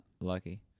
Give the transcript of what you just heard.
lucky